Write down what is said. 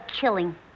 killing